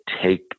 take